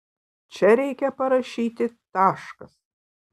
čia reikia parašyti taškas